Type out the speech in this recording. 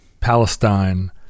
Palestine